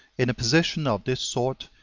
in a position of this sort,